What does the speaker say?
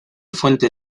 fuente